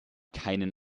keinen